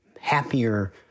happier